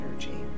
energy